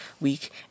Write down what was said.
week